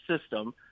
system